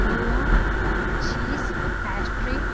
Goa cheese pastry